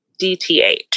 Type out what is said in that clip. DTH